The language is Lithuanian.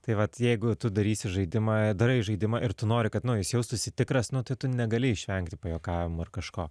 tai vat jeigu tu darysi žaidimą darai žaidimą ir tu nori kad nu jis jaustųsi tikras nu tai tu negali išvengti pajuokavimų ar kažko